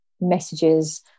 messages